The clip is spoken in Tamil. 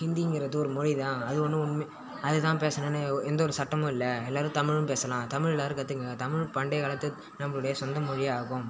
ஹிந்திங்கிறது ஒரு மொழி தான் அது ஒன்றும் உண்மை அதுதான் பேசணுன்னு ஓ எந்த ஒரு சட்டமும் இல்ல எல்லோரும் தமிழும் பேசலாம் தமிழ் எல்லோரும் கற்றுக்குங்க தமிழ் பண்டைய காலத்து நம்மளுடைய சொந்த மொழியாகும்